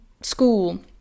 school